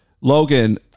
Logan